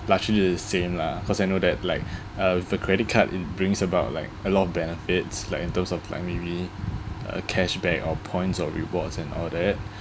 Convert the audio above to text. largely it's the same lah cause I know that like uh with a credit card it brings about like a lot of benefits like in terms of like maybe uh cash back or points or rewards and all that